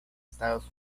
estados